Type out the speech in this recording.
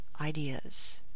ideas